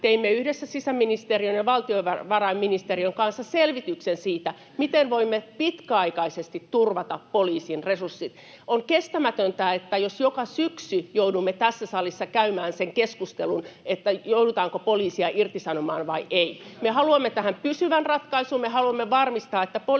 teimme yhdessä sisäministeriön ja valtiovarainministeriön kanssa selvityksen siitä, miten voimme pitkäaikaisesti turvata poliisin resurssit. On kestämätöntä, jos joka syksy joudumme tässä salissa käymään sen keskustelun, joudutaanko poliiseja irtisanomaan vai ei. Me haluamme tähän pysyvän ratkaisun. Me haluamme varmistaa, että poliisin